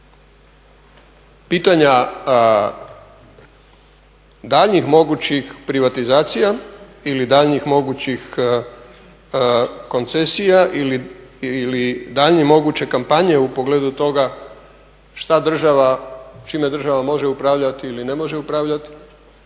pitanja daljnjih mogućih privatizacija ili daljnjih mogućih koncesija ili daljnje moguće kampanje u pogledu toga šta država čime država može upravljati ili ne može upravljat.